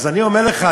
אז אני אומר לך,